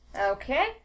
Okay